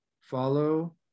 follow